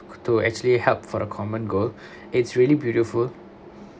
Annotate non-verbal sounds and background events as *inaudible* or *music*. to actually help for a common goal *breath* it's really beautiful